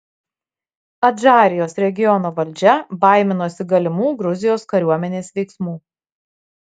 adžarijos regiono valdžia baiminosi galimų gruzijos kariuomenės veiksmų